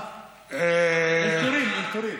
אלתורים, אלתורים.